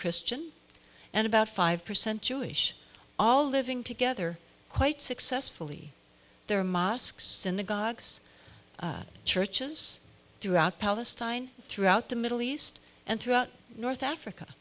christian and about five percent jewish all living together quite successfully there are mosques synagogues churches throughout palestine throughout the middle east and throughout north africa